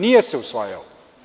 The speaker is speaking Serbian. Nije se usvajao.